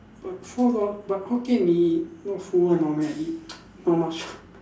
but four dol~ but Hokkien-Mee not full one normally I eat not much